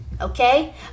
okay